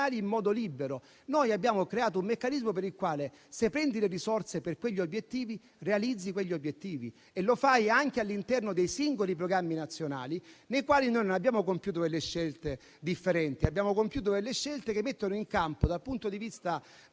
in modo libero. Noi abbiamo creato un meccanismo per il quale, se prendi le risorse per quegli obiettivi, realizzi quegli obiettivi; e lo fai anche all'interno dei singoli programmi nazionali, nei quali noi non abbiamo compiuto scelte differenti. Abbiamo compiuto scelte che, dal punto di vista